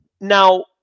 Now